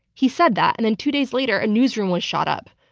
he said that, and then two days later, a newsroom was shot up.